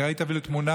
אני ראיתי אפילו תמונה.